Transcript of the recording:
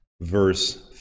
verse